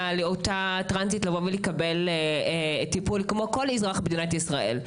לאותה טרנסית לקבל טיפול כמו כל אזרח במדינת ישראל.